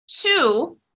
two